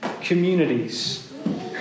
communities